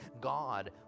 God